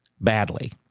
badly